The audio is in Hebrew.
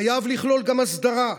חייב לכלול גם הסדרה,